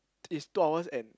it's two hours and